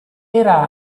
era